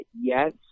yes